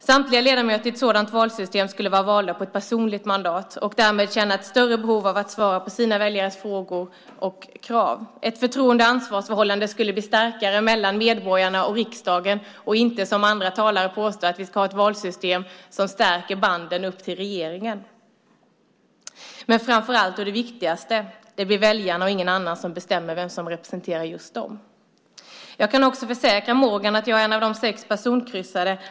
Samtliga ledamöter i ett sådant valsystem skulle vara valda på ett personligt mandat och därmed känna ett större behov av att svara på sina väljares frågor och krav. Ett förtroende-ansvarsförhållande skulle bli starkare mellan medborgarna och riksdagen i stället för ett valsystem, som andra talare nämner, som stärker banden upp till regeringen. Det viktigaste är att det blir väljarna och ingen annan som bestämmer vem som representerar just dem. Jag kan också försäkra Morgan att jag är en av de sex personkryssade.